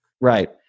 Right